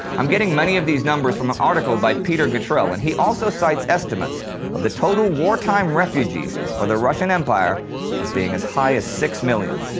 i'm getting many of these numbers from an article by peter gatrell, and he also cites estimates of the total wartime refugees for the russian empire as being as high as six million.